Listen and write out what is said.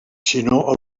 sinó